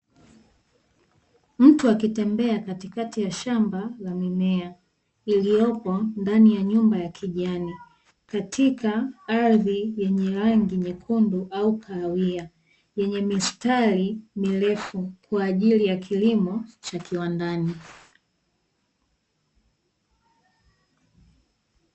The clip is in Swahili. Mtu akitembea katikati ya shamba la mimea, iliyopo ndani ya nyumba ya kijani katika ardhi yenye rangi nyekundu au kahawia yenye mistari mirefu kwa ajili ya kilimo cha kiwandani.